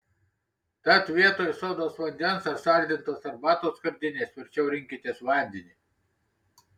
tad vietoj sodos vandens ar saldintos arbatos skardinės verčiau rinkitės vandenį